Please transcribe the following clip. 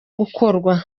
gukorwa